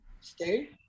stay